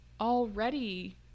already